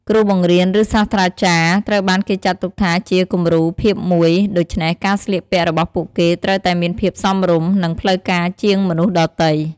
គ្រូបង្រៀន ឬ សាស្ត្រាចារ្យត្រូវបានគេចាត់ទុកថាជាគំរូភាពមួយ ដូច្នេះការស្លៀកពាក់របស់ពួកគេត្រូវតែមានភាពសមរម្យ និងផ្លូវការជាងមនុស្សដទៃ។